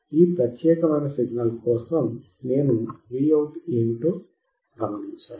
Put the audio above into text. ఈ ప్రత్యేకమైన సిగ్నల్ కోసం నేను Vout ఏమిటో గమనించాలి